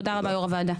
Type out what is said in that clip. תודה רבה יו"ר הוועדה.